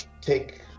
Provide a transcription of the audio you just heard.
take